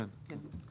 כן.